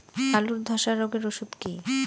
আলুর ধসা রোগের ওষুধ কি?